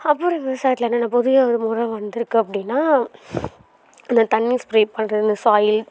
அப்புறம் விவசாயத்தில் என்னென்ன புதிய அறிமுகமெல்லாம் வந்திருக்கு அப்படின்னா அந்த தண்ணி ஸ்ப்ரே பண்ணுறது இந்த சாயில்